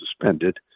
suspended